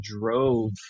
drove